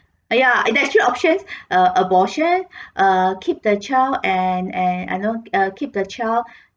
ah ya and there is three options uh abortion uh keep the child and and you know keep the child